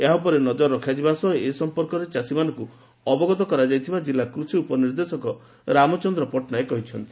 ଏହା ଉପରେ ନଜର ରଖାଯିବା ସହ ଏ ସମ୍ମର୍କରେ ଚାଷୀ ମାନଙ୍କୁ ଅବଗତ କରାଯାଇଥିବା ଜିଲ୍ଲା କୃଷି ଉପ ନିର୍ଦ୍ଦେଶକ ରାମଚନ୍ଦ୍ର ପଟ୍ଟନାୟକ କହିଛନ୍ତି